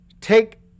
take